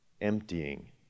emptying